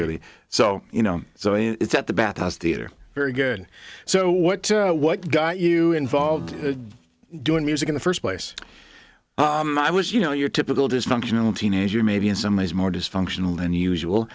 really so you know so it's at the bathhouse theater very good so what what got you involved doing music in the first place i was you know your typical dysfunctional teenager maybe in some ways more dysfunctional than usual